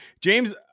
James